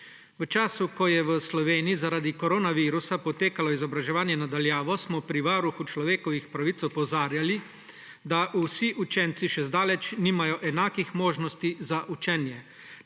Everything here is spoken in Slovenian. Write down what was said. »V času, ko je v Sloveniji zaradi koronavirusa potekalo izobraževanje na daljavo, smo pri Varuhu človekovih pravic opozarjali, da vsi učenci še zdaleč nimajo enakih možnosti za učenje.